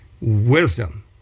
wisdom